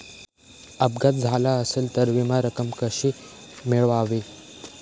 अपघात झाला असेल तर विमा रक्कम कशी मिळवावी?